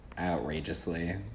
outrageously